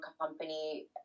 company